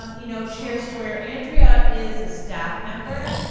you know chair steuer, andrea is a staff member,